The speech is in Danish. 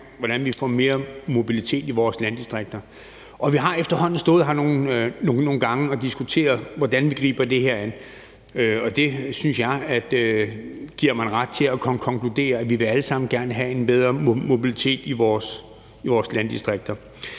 hvordan vi får mere mobilitet i vores landdistrikter. Vi har efterhånden stået her nogle gange og diskuteret, hvordan vi griber det her an. Det synes jeg giver mig en ret til at konkludere, at vi alle sammen gerne vil have en bedre mobilitet i vores landdistrikter.